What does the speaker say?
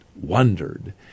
wondered